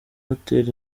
hotel